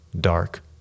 dark